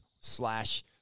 slash